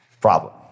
problem